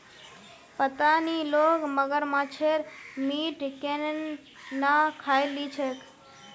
पता नी लोग मगरमच्छेर मीट केन न खइ ली छेक